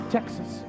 Texas